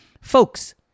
Folks